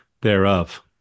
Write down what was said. thereof